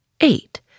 Eight